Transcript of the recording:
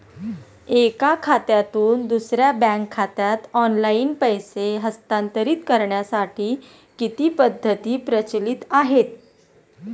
एका खात्यातून दुसऱ्या बँक खात्यात ऑनलाइन पैसे हस्तांतरित करण्यासाठी किती पद्धती प्रचलित आहेत?